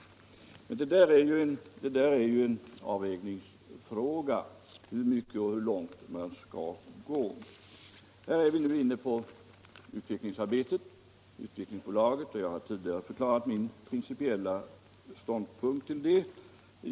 Det är alltid en avvägningsfråga hur mycket man skall satsa och hur långt man skall gå. Här är vi nu inne på utvecklingsarbetet och på Svenska Utvecklingsaktiebolaget. där jag tidigare har förklarat min ideella ståndpunkt.